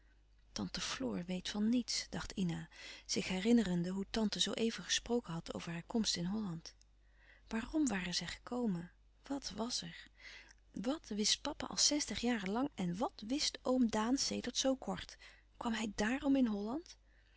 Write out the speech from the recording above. tante floor weet van niets dacht ina zich herinnerende hoe tante zoo even gesproken had over haar komst in holland waarom waren zij gekomen wàt was er wàt wist papa al zestig jaren lang en wàt wist oom daan sedert zoo kort kwam hij dàarom in holland